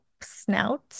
snout